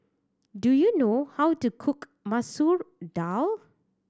do you know how to cook Masoor Dal